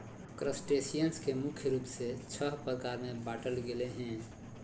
crustaceans के मुख्य रूप से छः प्रकार में बांटल गेले हें